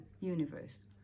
universe